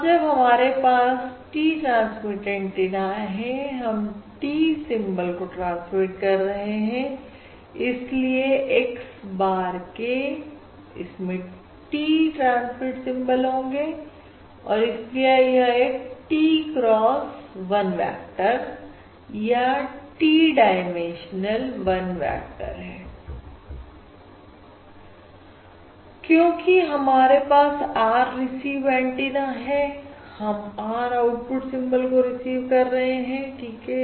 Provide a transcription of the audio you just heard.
अब जब हमारे पास T ट्रांसमिट एंटीना है हम T सिंबल को ट्रांसमिट कर रहे हैं इसलिए x bar k इसमें T ट्रांसमिट सिंबल होंगे और इसीलिए यह एक T cross 1 वेक्टर या T डाइमेंशनल 1 वेक्टर है क्योंकि हमारे पास R रिसीव एंटीना है हम R आउटपुट सिंबल को रिसीव कर रहे हैं ठीक है